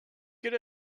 get